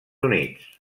units